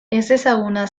ezezaguna